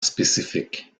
spécifique